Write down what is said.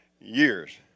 years